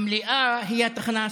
המליאה היא התחנה הסופית.